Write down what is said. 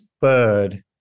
bird